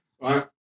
right